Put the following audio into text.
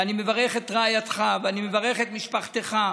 ואני מברך את רעייתך ואני מברך את משפחתך,